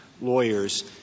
lawyers